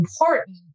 important